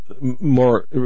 more